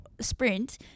sprint